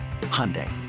Hyundai